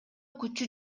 күчү